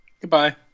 goodbye